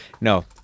no